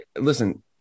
listen